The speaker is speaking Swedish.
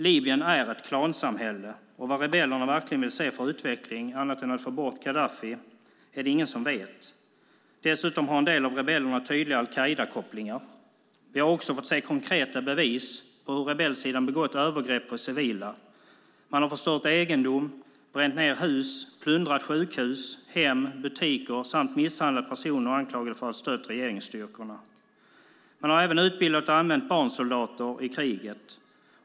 Libyen är ett klansamhälle, och vad rebellerna verkligen vill se för utveckling annat än att få bort Gaddafi är det ingen som vet. Dessutom har en del av rebellerna tydliga al-Qaida-kopplingar. Vi har också fått se konkreta bevis på hur rebellsidan begått övergrepp på civila. Man har förstört egendom, bränt ned hus och plundrat sjukhus, hem och butiker samt misshandlat personer anklagade för att ha stött regeringsstyrkorna. Man har även utbildat och använt barnsoldater i kriget.